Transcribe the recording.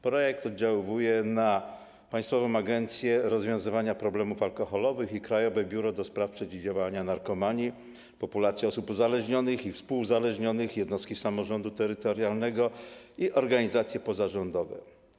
Projekt oddziałuje na Państwową Agencję Rozwiązywania Problemów Alkoholowych i Krajowe Biuro do Spraw Przeciwdziałania Narkomanii, populacje osób uzależnionych i współuzależnionych, jednostki samorządu terytorialnego i organizacje pozarządowe.